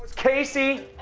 casey.